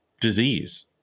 disease